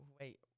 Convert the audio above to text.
wait